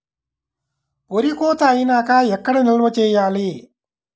వరి కోత అయినాక ఎక్కడ నిల్వ చేయాలి?